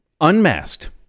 unmasked